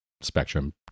Spectrum